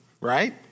right